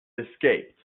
escaped